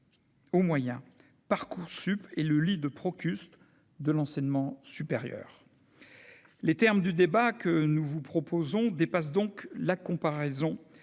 au moyen Parcoursup et le lit de procureur de l'enseignement supérieur, les termes du débat que nous vous proposons dépasse donc la comparaison